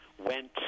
went